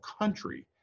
country